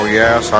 yes